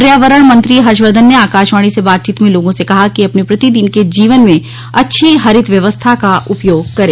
पर्यावरण मंत्री हर्षवर्धन ने आकाशवाणी से बातचीत में लोगों से कहा कि अपने प्रतिदिन के जीवन में अच्छी हरित व्यवस्था का उपयोग करें